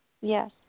Yes